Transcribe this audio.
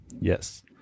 Yes